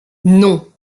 non